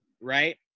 right